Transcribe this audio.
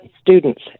students